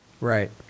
right